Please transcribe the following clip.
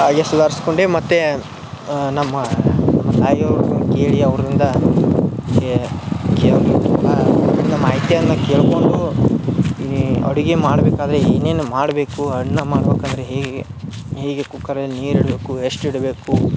ಹಾಗೆ ಸುಧಾರ್ಸ್ಕೊಂಡೆ ಮತ್ತು ನಮ್ಮ ಆಯಿ ಅವರು ಕೇಳಿ ಅವರಿಂದ ಮಾಹಿತಿಯನ್ನು ಕೇಳ್ಕೊಂಡು ಅಡುಗೆ ಮಾಡ್ಬೇಕಾದರೆ ಏನೇನು ಮಾಡಬೇಕು ಅನ್ನ ಮಾಡ್ಬೇಕಂದರೆ ಹೇಗೆ ಹೇಗೆ ಕುಕ್ಕರಲ್ಲಿ ನೀರು ಇಡಬೇಕು ಎಷ್ಟು ಇಡಬೇಕು